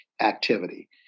activity